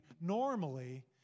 normally